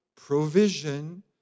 provision